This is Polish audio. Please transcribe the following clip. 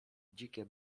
dzikie